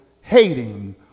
hating